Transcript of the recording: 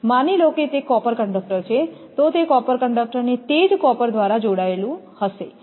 માની લો કે તે કોપર કંડક્ટર છે તો તે કોપર કંડક્ટરને તે જ કોપર દ્વારા જોડાયેલું હશે